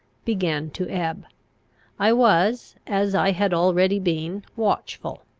began to ebb i was, as i had already been, watchful,